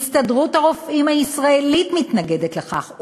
הסתדרות הרופאים הישראלית מתנגדת לכך,